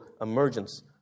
emergence